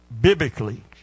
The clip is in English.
Biblically